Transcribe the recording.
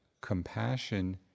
compassion